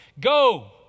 Go